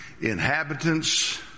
inhabitants